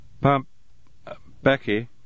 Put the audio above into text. Pump—Becky